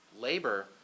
labor